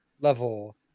level